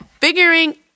figuring